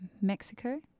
Mexico